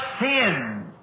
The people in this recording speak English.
sin